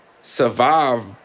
survive